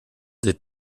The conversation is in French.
des